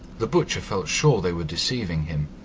the butcher felt sure they were deceiving him,